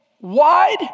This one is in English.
Wide